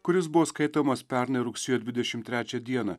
kuris buvo skaitomas pernai rugsėjo dvidešimt trečią dieną